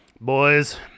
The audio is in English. boys